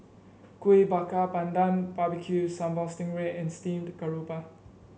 Kuih Bakar Pandan Barbecue Sambal Sting Ray and Steamed Garoupa